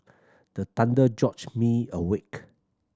the thunder me awake